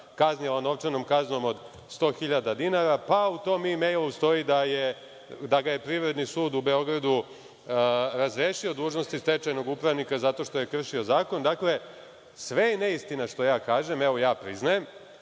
kaznila novčanom kaznom od 100.000 dinara. U tom mejlu stoji i da ga je Privredni sud u Beogradu razrešio dužnosti stečajnog upravnika zato što je kršio zakon. Dakle, sve je neistina što ja kažem, evo priznajem,